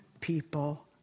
people